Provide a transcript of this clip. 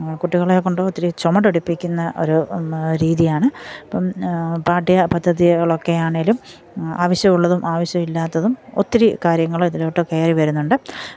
കുട്ടികളെ കൊണ്ട് ഒത്തിരി ചുമടെടുപ്പിക്കുന്ന ഒരു രീതിയാണ് ഇപ്പം പാഠ്യപദ്ധതികൾ ഒക്കെ ആണെങ്കിലും ആവശ്യം ഉള്ളതും ആവശ്യം ഇല്ലാത്തതും ഒത്തിരി കാര്യങ്ങൾ ഇതിലോട്ട് കയറി വരുന്നുണ്ട്